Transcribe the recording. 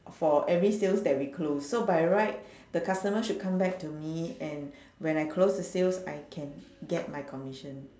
for every sales that we close so by right the customer should come back to me and when I close the sales I can get my commission